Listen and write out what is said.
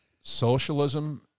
Socialism